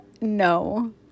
no